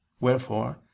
Wherefore